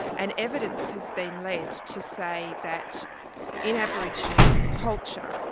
and evidence has been led to say that in aboriginal culture,